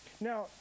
Now